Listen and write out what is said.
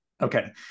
Okay